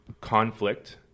conflict